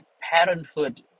parenthood